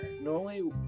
normally